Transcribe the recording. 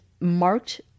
marked